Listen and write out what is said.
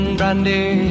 brandy